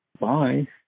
Bye